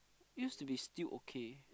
used to be still okay